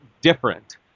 different